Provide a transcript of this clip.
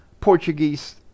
portuguese